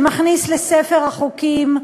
שמכניס לספר החוקים חוק,